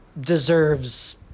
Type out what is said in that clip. deserves